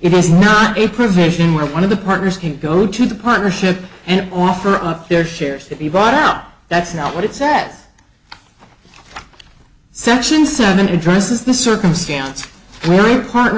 it is not a provision where one of the partners can go to the partnership and offer up their shares to be bought out that's not what it's set section seven addresses the circumstance where we partner